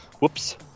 whoops